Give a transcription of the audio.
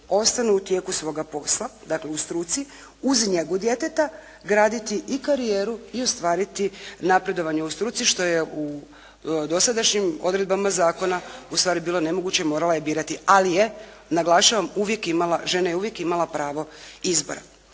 ostanu u tijeku svoga posla, dakle u struci uz njegu djeteta graditi i karijeru i ostvariti napredovanje u struci što je u dosadašnjim odredbama zakona u stvari bilo nemoguće. Morala je birati, ali je naglašavam, uvijek imala, žena je uvijek imala pravo izbora.